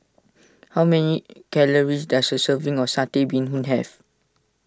how many calories does a serving of Satay Bee Hoon have